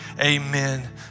amen